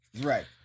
Right